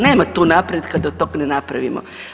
Nema tu napretka dok to ne napravimo.